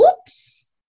oops